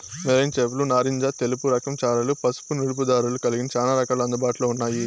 marine చేపలు నారింజ తెలుపు రకం చారలు, పసుపు నలుపు చారలు కలిగిన చానా రకాలు అందుబాటులో ఉన్నాయి